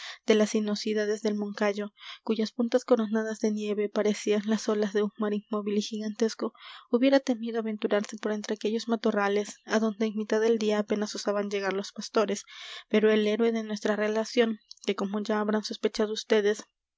de las sinuosidades del moncayo cuyas puntas coronadas de nieve parecían las olas de un mar inmóvil y gigantesco hubiera temido aventurarse por entre aquellos matorrales adonde en mitad del día apenas osaban llegar los pastores pero el héroe de nuestra relación que como ya habrán sospechado ustedes